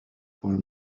for